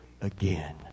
again